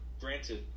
Granted